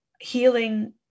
healing